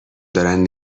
دارن